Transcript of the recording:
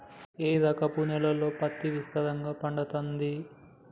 ఏ రకపు నేలల్లో పత్తి విస్తారంగా పండుతది?